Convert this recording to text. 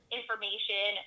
information